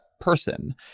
person